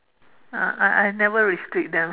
uh I I never restrict them